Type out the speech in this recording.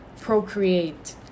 procreate